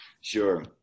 Sure